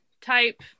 type